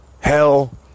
Hell